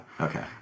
Okay